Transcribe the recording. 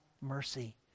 mercy